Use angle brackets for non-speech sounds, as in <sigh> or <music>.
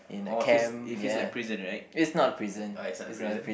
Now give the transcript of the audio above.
orh it feels it feels like prison right <noise> oh it's not a prison